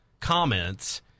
comments